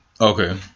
Okay